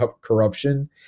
corruption